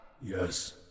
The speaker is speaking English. Yes